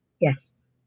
yes